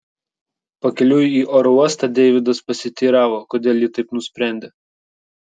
pakeliui į oro uostą deividas pasiteiravo kodėl ji taip nusprendė